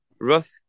rough